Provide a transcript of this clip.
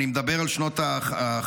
אני מדבר על שנות החמישים-השישים,